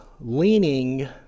leaning